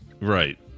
Right